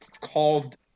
called –